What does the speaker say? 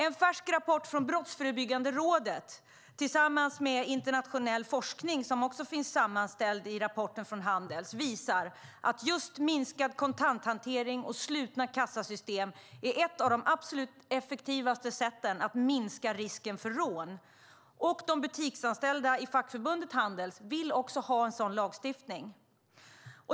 En färsk rapport från Brottsförebyggande rådet visar, tillsammans med internationell forskning som finns sammanställd i rapporten från Handels, att minskad kontanthantering och slutna kassasystem är ett av de absolut effektivaste sätten att minska risken för rån. Också de butiksanställda i fackförbundet Handels vill ha en sådan lagstiftning.